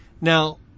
Now